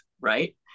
right